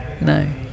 No